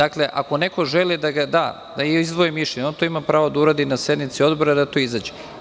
Ako neko želi da izdvoji mišljenje, on to ima pravo da uradi na sednici odbora i da to izađe.